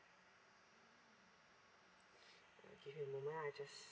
give me a moment I just